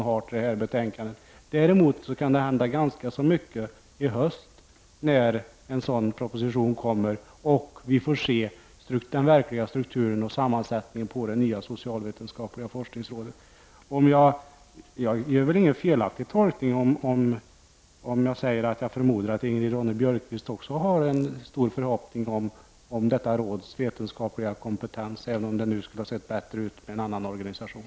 Däremot skulle det kunna hända ganska mycket i höst, när det kommer en proposition och vi får se den verkliga strukturen och sammansättningen när det gäller det nya socialvetenskapliga forskningsrådet. Jag gör väl ingen felaktig tolkning om jag säger att Ingrid Ronne-Björkqvist väl också har stora förhoppningar om detta råds vetenskapliga kompetens, även om det nu skulle ha sett bättre ut med en annan organisation.